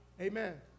amen